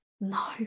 No